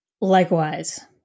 likewise